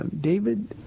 David